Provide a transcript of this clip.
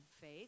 faith